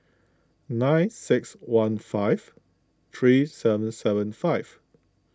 nine six one five three seven seven five